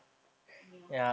ya